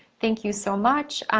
thank you so much.